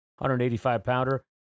185-pounder